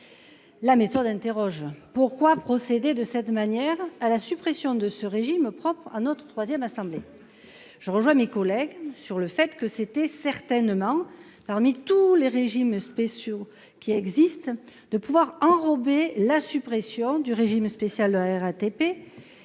La méthode interroge pourquoi procéder de cette manière à la suppression de ce régime propre à notre 3ème assemblée. Je rejoins mes collègues sur le fait que c'était certainement parmi tous les régimes spéciaux qui existe de pouvoir enrobé la suppression du régime spécial de la RATP.